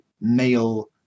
male